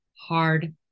hard